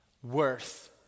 Worth